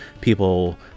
people